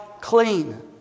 clean